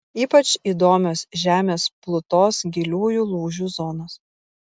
ypač įdomios žemės plutos giliųjų lūžių zonos